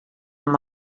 amb